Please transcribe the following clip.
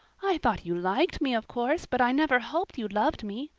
i thought you liked me of course but i never hoped you loved me.